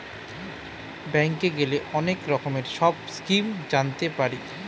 ব্যাঙ্কে গেলে অনেক রকমের সব স্কিম জানতে পারি